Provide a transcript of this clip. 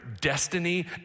destiny